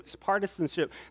partisanship